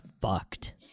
fucked